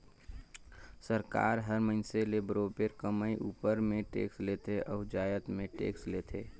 सरकार हर मइनसे ले बरोबेर कमई उपर में टेक्स लेथे अउ जाएत में टेक्स लेथे